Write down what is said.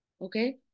Okay